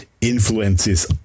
influences